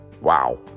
Wow